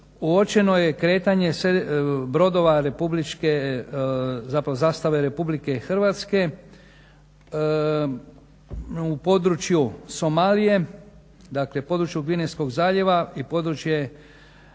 Uočeno je kretanje brodova republičke, zapravo zastave Republike Hrvatske u području Somalije. Dakle, području Gvinejskog zaljeva i područje